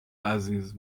عزیز